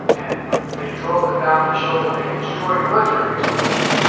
and they drove them down to show them a destroyed military installation.